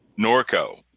Norco